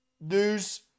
News